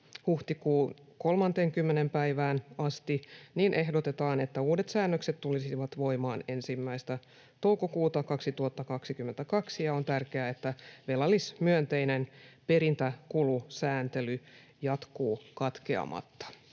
huhtikuun 30. päivään asti, ehdotetaan, että uudet säännökset tulisivat voimaan 1. toukokuuta 2022. On tärkeää, että velallismyönteinen perintäkulusääntely jatkuu katkeamatta.